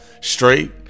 Straight